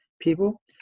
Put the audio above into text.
people